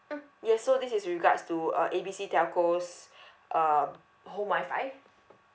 mm yes so this is regards to uh A B C telco's um home wi-fi